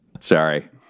Sorry